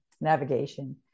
navigation